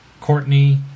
Courtney